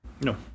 No